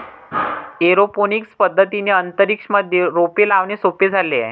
aeroponics पद्धतीने अंतरिक्ष मध्ये रोपे लावणे सोपे झाले आहे